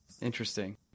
Interesting